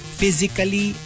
physically